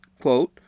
Quote